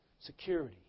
Security